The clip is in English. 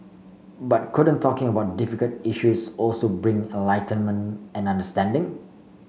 but couldn't talking about difficult issues also bring enlightenment and understanding